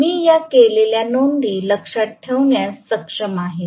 मी या केलेल्या नोंदी लक्षात ठेवण्यास सक्षम आहे